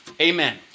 Amen